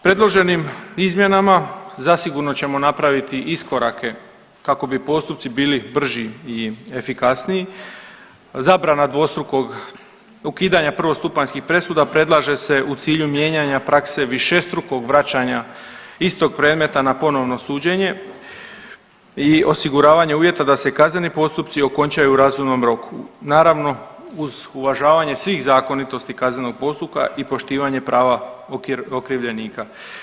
Predloženim izmjenama zasigurno ćemo napraviti iskorake kako bi postupci bili brži i efikasniji, zabrana dvostrukog ukidanja prvostupanjskih presuda predlaže se u cilju mijenjanja prakse višestrukog vraćanja istog predmeta na ponovno suđenje i osiguravanje uvjeta da se i kazneni postupci okončaju u razumnom roku naravno uz uvažavanje svih zakonitosti kaznenog postupka i poštivanje prava okrivljenika.